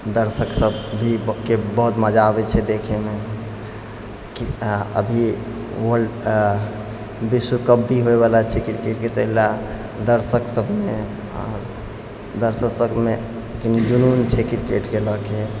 दर्शकसब भी के बहुत मजा आबै छै देखैमे कि अभी वर्ल्ड विश्वकप भी होइवला छै किरकेटके ताहिलए दर्शकसबमे आओर दर्शकसबमे लेकिन जुनून छै किरकेटके लऽ कऽ